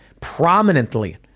prominently